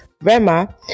Rema